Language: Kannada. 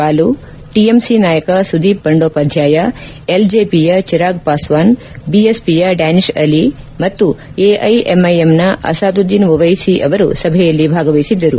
ಬಾಲು ಟಿಎಂಸಿ ನಾಯಕ ಸುದೀಪ್ ಬಂಡೋಪಾಧ್ವಾಯ ಎಲ್ಜೆಪಿಯ ಚಿರಾಗ್ ಪಾಸ್ವಾನ್ ಬಿಎಸ್ಪಿಯ ಡ್ಯಾನಿಶ್ ಅಲಿ ಮತ್ತು ಎಐಎಂಐಎಂನ ಅಸಾದುದ್ದೀನ್ ಓವೈಸಿ ಅವರು ಸಭೆಯಲ್ಲಿ ಭಾಗವಹಿಸಿದ್ದರು